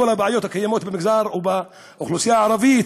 כל הבעיות הקיימות במגזר ובאוכלוסייה הערבית,